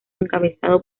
encabezado